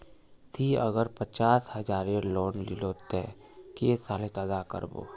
ती अगर पचास हजारेर लोन लिलो ते कै साले अदा कर बो?